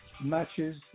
matches